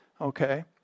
okay